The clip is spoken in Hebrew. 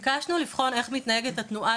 בנוסף ביקשנו לבחון איך מתנהגת התנועה